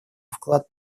вклад